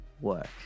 work